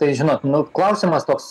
tai žinot nu klausimas toks